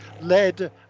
led